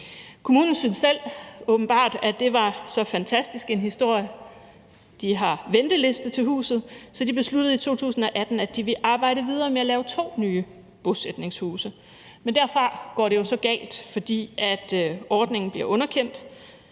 Kommunen synes selv, åbenbart, at det var så fantastisk en historie. De har venteliste til huset, så de besluttede i 2018, at de ville arbejde videre med at lave to nye bosætningshuse. Men derfra går det jo så galt, fordi ordningen bliver underkendt.